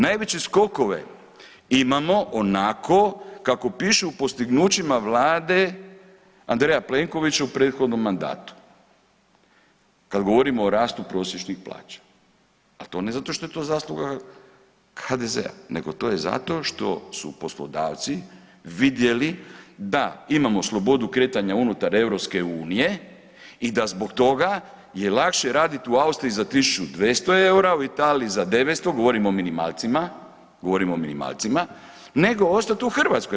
Najveće skokove imamo onako kako piše u postignućima Vlade Andreja Plenkovića u prethodnom mandatu kada govorimo o rastu prosječnih plaća, ali to ne zato što je to zasluga HDZ-a nego to je zato što su poslodavci vidjeli da imamo slobodu kretanja unutar EU i da zbog toga je lakše raditi u Austriji za 1.200 eura, u Italiji za 900, govorimo o minimalcima, govorimo o minimalcima, nego ostat u Hrvatskoj.